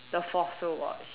the fossil watch